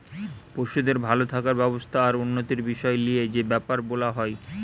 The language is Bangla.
পশুদের ভাল থাকার ব্যবস্থা আর উন্নতির বিষয় লিয়ে যে বেপার বোলা হয়